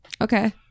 okay